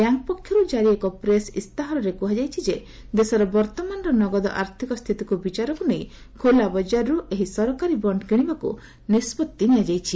bank ପକ୍ଷରୁ ଜାରି ଏକ ପ୍ରେସ ଇସ୍ତାହାରରେ କୁହାଯାଇଛି ଯେ ଦେଶର ବର୍ତ୍ତମାନର ନଗଦ ଆର୍ଥକ ସ୍ଥିତିକୁ ବିଚାରକୁ ନେଇ ଖୋଲା ବଜାରରୁ ଏହି ସରକାରୀ ବଣ୍ଡ କିଶିବାକୁ ନିଷ୍ପଭି ନିଆଯାଇଛି